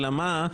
אלא מה?